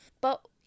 But-